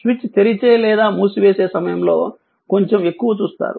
switch తెరిచే లేదా మూసివేసే సమయంలో కొంచెం ఎక్కువ చూస్తారు